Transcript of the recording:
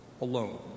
alone